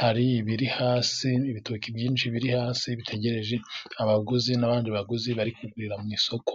Hari ibiri hasi, ibitoki byinshi biri hasi bitegereje abaguzi, n'abandi baguzi bari kugurira mu isoko.